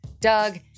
Doug